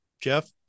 Jeff